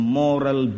moral